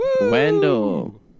Wendell